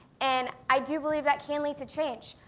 and i do believe that can lead to change.